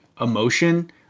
emotion